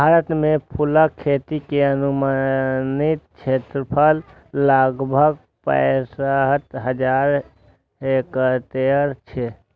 भारत मे फूलक खेती के अनुमानित क्षेत्रफल लगभग पैंसठ हजार हेक्टेयर छै